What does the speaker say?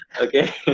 Okay